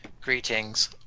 Greetings